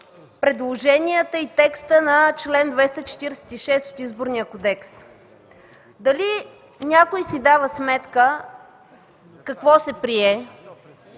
предложенията и текстовете на чл. 246 от Изборния кодекс. Дали някой си дава сметка какво се прие?!